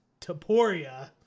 Taporia